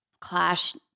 clash